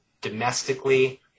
domestically